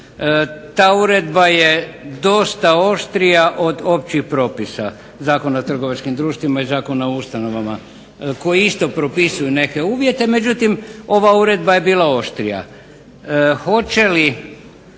Ta uredba je dosta oštrija od općih propisa zakona o trgovačkim društvima i Zakona o ustanovama koji isto propisuju neke uvjete, međutim, ova uredba je bila oštrija. Hoće li,